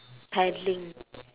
paddling